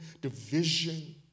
division